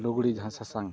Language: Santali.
ᱞᱩᱜᱽᱲᱤᱡ ᱡᱟᱦᱟᱸ ᱥᱟᱥᱟᱝ